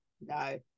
No